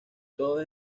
todos